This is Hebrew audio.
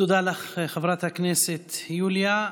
תודה לך, חברת הכנסת יוליה.